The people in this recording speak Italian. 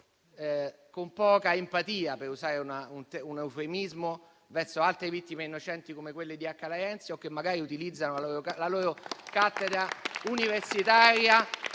con poca empatia, per usare un eufemismo, verso altre vittime innocenti come quelli di Acca Larentia o che magari utilizzano la loro cattedra universitaria